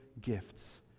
gifts